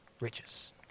riches